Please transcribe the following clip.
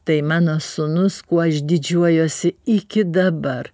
tai mano sūnus kuo aš didžiuojuosi iki dabar